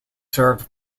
served